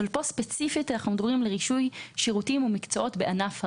אבל פה ספציפית אנחנו מדברים על רישוי שירותים ומקצועות בענף הרכב.